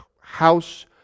house